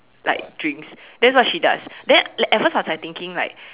like drinks that's what she does then at first I was like thinking like